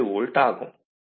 7 volt ஆகும்